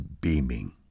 beaming